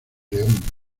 león